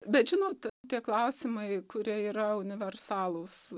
bet žinot tie klausimai kurie yra universalūs